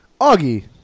Augie